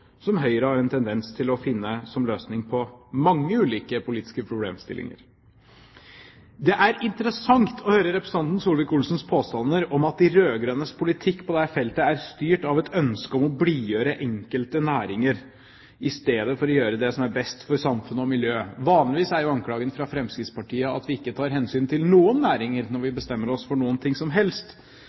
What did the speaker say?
som Høyre har en tendens til å ha som løsning på mange ulike politiske problemstillinger. Det er interessant å høre representanten Solvik-Olsens påstander om at de rød-grønnes politikk på dette feltet er styrt av et ønske om å blidgjøre enkelte næringer i stedet for å gjøre det som er best for samfunn og miljø. Vanligvis er jo anklagen fra Fremskrittspartiet at vi ikke tar hensyn til noen næringer når vi bestemmer oss for noe. Representanten Solvik-Olsen er jo selv den representanten som